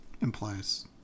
implies